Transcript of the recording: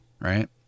right